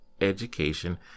education